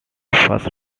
first